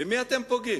במי אתם פוגעים?